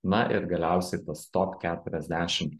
na ir galiausiai tas top keturiasdešim